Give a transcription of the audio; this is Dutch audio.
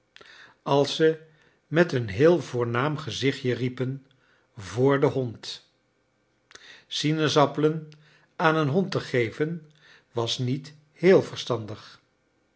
als ze met een heel voornaam gezichtje riepen voor den hond sinaasappelen aan een hond te geven was niet heel verstandig